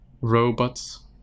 robots